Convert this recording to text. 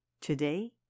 Today